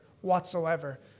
whatsoever